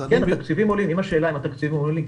אם השאלה היא אם התקציבים עולים,